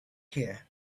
here